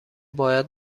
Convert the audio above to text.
باید